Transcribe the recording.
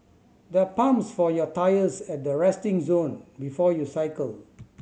there are pumps for your tyres at the resting zone before you cycle